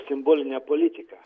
simbolinę politiką